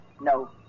no